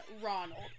Ronald